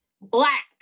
black